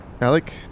Alec